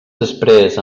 després